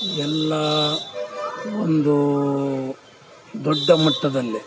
ಎಲ್ಲ ಒಂದು ದೊಡ್ಡ ಮಟ್ಟದಲ್ಲೆ